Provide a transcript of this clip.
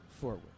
forward